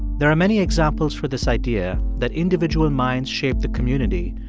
there are many examples for this idea that individual minds shape the community,